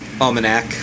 Almanac